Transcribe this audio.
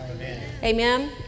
Amen